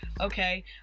okay